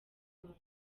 congo